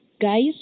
guys